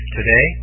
Today